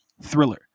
Thriller